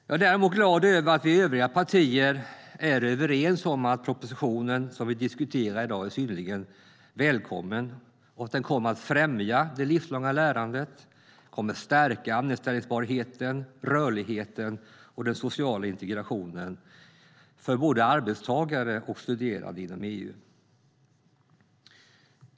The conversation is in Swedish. Jag är däremot glad över att vi övriga partier är överens om att den proposition som vi diskuterar i dag är synnerligen välkommen och att den kommer att främja det livslånga lärandet och stärka anställbarheten, rörligheten och den sociala integrationen för både arbetstagare och studerande inom EU.